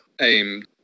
aim